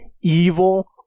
evil